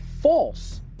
false